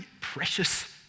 precious